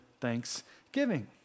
thanksgiving